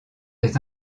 des